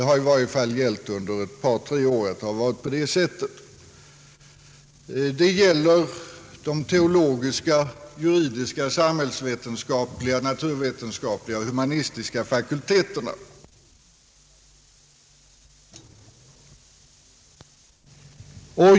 Så har det varit under i varje fall ett par, tre år be träffande de teologiska, juridiska, samhällsvetenskapliga, naturvetenskapliga och humanistiska fakulteterna.